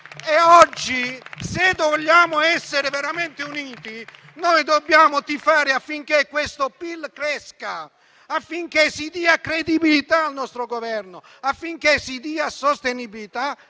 Oggi, se dobbiamo essere veramente uniti, dobbiamo tifare affinché questo PIL cresca, affinché si dia credibilità al nostro Governo, affinché si dia sostenibilità